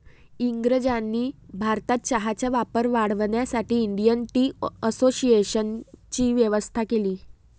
इंग्रजांनी भारतात चहाचा वापर वाढवण्यासाठी इंडियन टी असोसिएशनची स्थापना केली